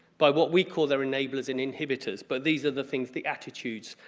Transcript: by what we call their enablers and inhibitors but these are the things the attitudes,